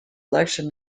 election